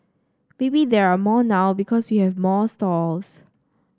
maybe there are more now because we have more stalls